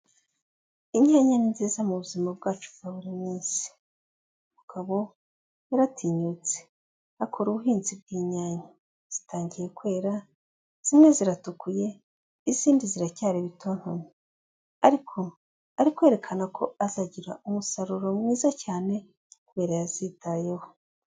Inyanya ni nziza mu buzima bwacu bwa buri munsi, umugabo yaratinyutse akora ubuhinzi bw'inyanya, zitangiye kwera, zimwe ziratuye, izindi ziracyari ibitontomwa, ariko ari kwerekana ko azagira umusaruro mwiza cyane kubera yazitayeho.